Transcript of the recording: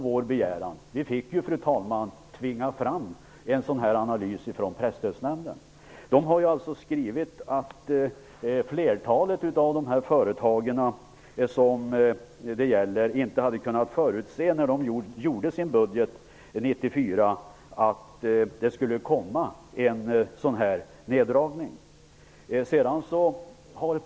Vi var alltså tvungna att tvinga fram den. I analysen har man skrivit att flertalet av de företag som det gäller inte hade kunnat förutse att en sådan neddragning skulle komma när de gjorde sin budget för 1994.